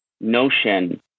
notion